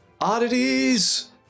Oddities